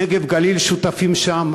נגב-גליל שותפים שם,